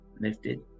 Lifted